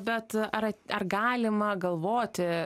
bet ar ar galima galvoti